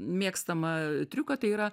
mėgstamą triuką tai yra